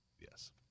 yes